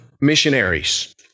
missionaries